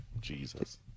Jesus